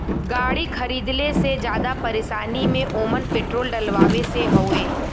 गाड़ी खरीदले से जादा परेशानी में ओमन पेट्रोल डलवावे से हउवे